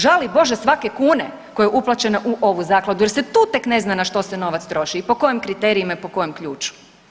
Žali Bože svake kune koja je uplaćena u ovu zakladu jer se tu tek ne zna na što se novac troši i po kojim kriterijima i po kojem ključu.